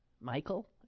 Michael